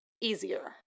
easier